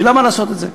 כי למה לעשות את זה?